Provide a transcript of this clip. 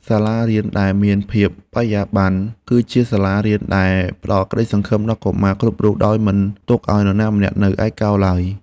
សាលារៀនដែលមានភាពបរិយាបន្ន គឺជាសាលារៀនដែលផ្តល់ក្តីសង្ឃឹមដល់កុមារគ្រប់រូបដោយមិនទុកឱ្យនរណាម្នាក់នៅឯកោឡើយ។